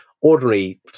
ordinary